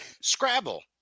Scrabble